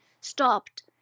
stopped